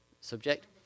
subject